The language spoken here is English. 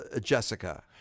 Jessica